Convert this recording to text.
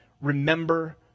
remember